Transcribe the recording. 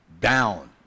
down